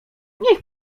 niech